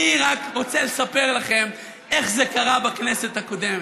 אני רק רוצה לספר לכם איך זה קרה בכנסת הקודמת: